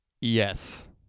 Yes